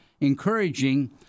encouraging